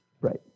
Right